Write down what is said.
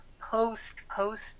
post-post